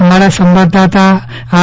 અમારા સંવાદદાતાઆર